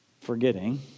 forgetting